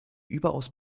überaus